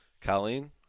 Colleen